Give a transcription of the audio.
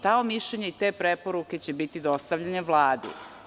Ta mišljenja i te preporuke će biti dostavljene Vladi.